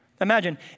Imagine